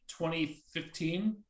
2015